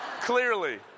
clearly